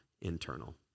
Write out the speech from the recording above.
internal